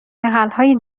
حلهای